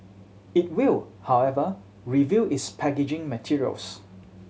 it will however review its packaging materials